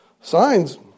signs